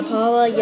Paula